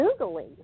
Googling